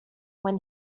when